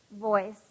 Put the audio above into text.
voice